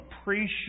appreciate